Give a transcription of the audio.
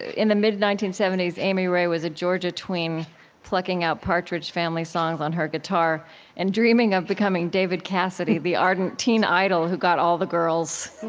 in the mid nineteen seventy s, amy ray was a georgia tween plucking out partridge family songs on her guitar and dreaming of becoming david cassidy, the ardent teen idol who got all the girls.